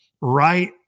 right